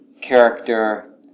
character